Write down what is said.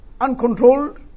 uncontrolled